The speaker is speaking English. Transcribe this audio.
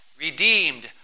redeemed